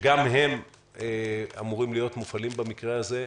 שגם הם אמורים להיות מופעלים במקרה הזה,